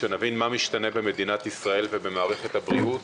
שנבין מה משתנה במדינת ישראל ובמערכת הבריאות,